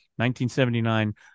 1979